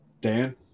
Dan